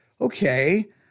okay